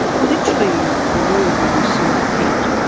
well, literally the word means small head,